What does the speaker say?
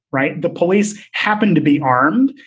right. the police happened to be armed.